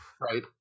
Right